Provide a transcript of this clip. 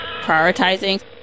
prioritizing